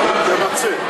תמצה.